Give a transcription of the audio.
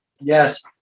Yes